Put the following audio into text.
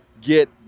get